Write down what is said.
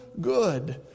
good